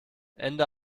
ende